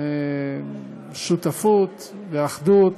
שותפות ואחדות,